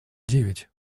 девять